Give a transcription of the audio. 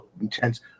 intense